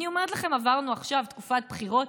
אני אומרת לכם, עברנו עכשיו תקופת בחירות.